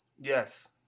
Yes